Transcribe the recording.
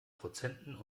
prozenten